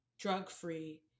drug-free